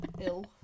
ill